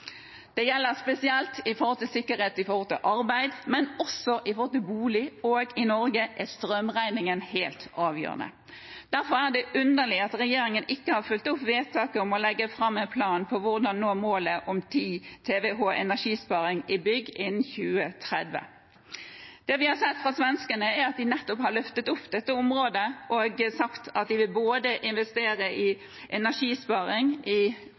Det gjelder spesielt sikkerhet for arbeid, men også for bolig, og i Norge er strømregningen helt avgjørende. Derfor er det underlig at regjeringen ikke har fulgt opp vedtaket om å legge fram en plan for hvordan man skal nå målet om 10 TWh energisparing i bygg innen 2030. Det vi har sett fra svenskene, er at de har løftet opp nettopp dette området og sagt at de vil investere i energisparing i